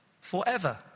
forever